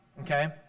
okay